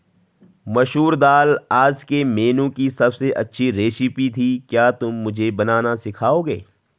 मसूर दाल आज के मेनू की अबसे अच्छी रेसिपी थी क्या तुम मुझे बनाना सिखाओंगे?